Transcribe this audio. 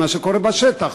ממה שקורה בשטח,